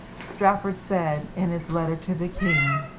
strafford said, in his letter to the king,